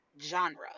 genre